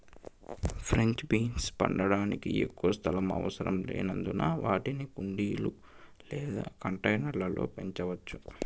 French beans పండించడానికి ఎక్కువ స్థలం అవసరం లేనందున వాటిని కుండీలు లేదా కంటైనర్ల లో పెంచవచ్చు